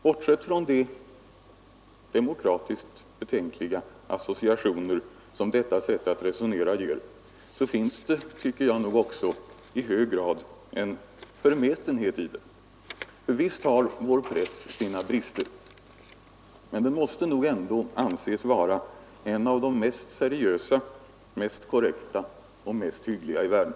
Bortsett från de demokratiskt betänkliga associationer som detta sätt att resonera ger finns det, tycker jag, i hög grad en förmätenhet i det. Visst har vår press sina brister, men den måste nog ändå anses vara en av de mest seriösa, korrekta och hyggliga i världen.